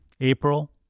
April